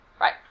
right